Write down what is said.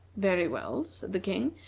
very well, said the king,